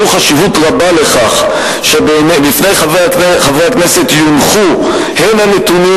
חשיבות רבה לכך שלפני חברי הכנסת יונחו הן הנתונים